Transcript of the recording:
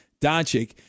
Doncic